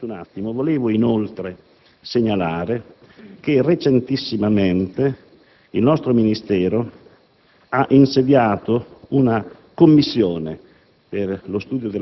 me lo consentite, vorrei inoltre segnalare che recentissimamente il nostro Ministero ha insediato una Commissione